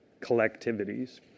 collectivities